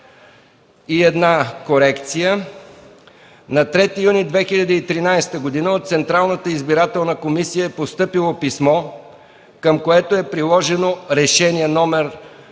Една корекция – на 3 юни 2013 г. от Централната избирателна комисия е постъпило писмо, към което е приложено Решение №